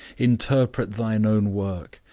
interpret thine own work,